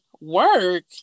work